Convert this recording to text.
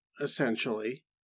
essentially